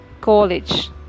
College